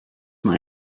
mae